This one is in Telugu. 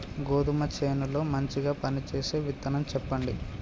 గోధుమ చేను లో మంచిగా పనిచేసే విత్తనం చెప్పండి?